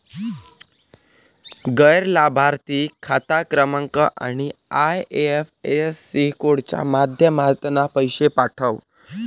गैर लाभार्थिक खाता क्रमांक आणि आय.एफ.एस.सी कोडच्या माध्यमातना पैशे पाठव